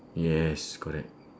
yes correct